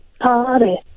Party